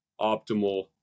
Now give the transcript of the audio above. optimal